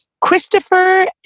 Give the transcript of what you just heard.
Christopher